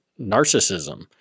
narcissism